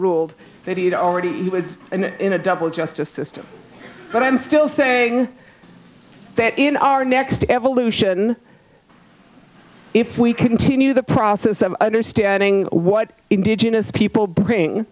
ruled that he had already in a double justice system but i'm still saying that in our next evolution if we continue the process of understanding what indigenous people bring